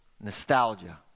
Nostalgia